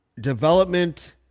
development